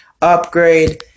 Upgrade